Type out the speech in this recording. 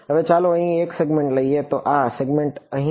હવે ચાલો અહીં એક સેગમેન્ટ લઈએ તો આ સેગમેન્ટ અહીં